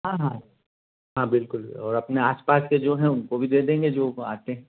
हाँ हाँ हाँ बिल्कुल भी और अपने आस पास के जो हैं उनको भी दे देंगे जो आते हैं